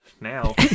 now